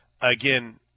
Again